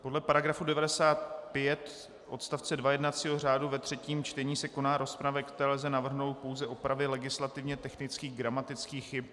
Podle § 95 odst. 2 jednacího řádu ve třetím čtení se koná rozprava, ve které lze navrhnout pouze opravy legislativně technických, gramatických chyb.